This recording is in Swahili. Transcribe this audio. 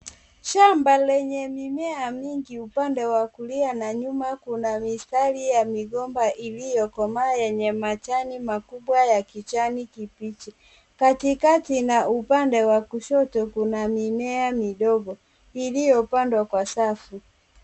Shamba lenye mimea mingi upande wa kulia na nyuma kuna mistari ya migomba iliyokomaa yenye majani makubwa ya kijani kibichi. Kati kati na upande wa kushoto kuna mimea midogo iliyopandwa kwa safu.